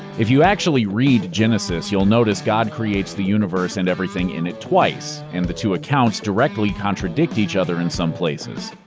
if you actually read genesis, you'll notice god creates the universe and everything in it twice, and the two accounts directly contradict each other in some places.